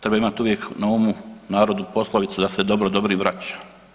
Treba imati uvijek na umu narodnu poslovicu da se dobro, dobrim vraća.